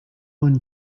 won